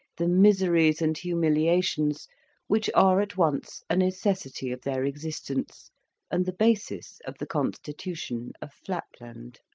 the miseries and humiliations which are at once a necessity of their existence and the basis of the constitution of flatland.